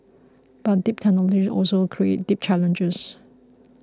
but deep technology also creates deep challenges